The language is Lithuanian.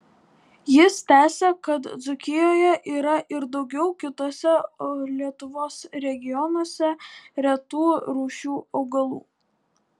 jis tęsia kad dzūkijoje yra ir daugiau kituose lietuvos regionuose retų rūšių augalų